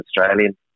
Australian